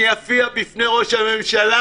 -- אני אופיע בפני ראש הממשלה.